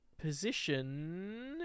position